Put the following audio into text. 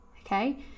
Okay